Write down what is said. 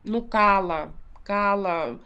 nu kala kala